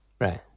Right